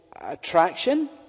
attraction